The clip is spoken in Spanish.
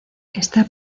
esta